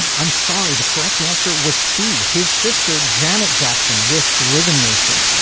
i'm sorry the correct answer was c his sister janet jackson with rhythm nation